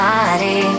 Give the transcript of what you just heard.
Body